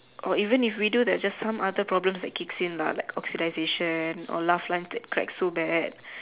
or even if we do there is just some other problems that kicks in lah like oxidization or laugh lung that crack so bad